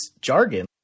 jargon